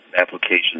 applications